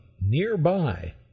nearby